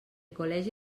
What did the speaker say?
col·legi